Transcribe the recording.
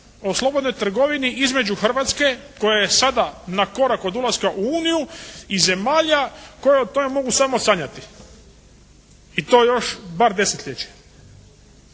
o slobodnoj trgovini između Hrvatske koja je sada na korak od ulaska u Uniju i zemalja koja o tome mogu samo sanjati. I to još bar desetljeće.